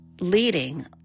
leading